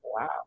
wow